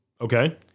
Okay